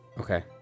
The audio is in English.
Okay